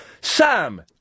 Sam